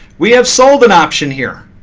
we have sold an option here.